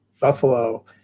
Buffalo